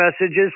messages